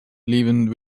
leavened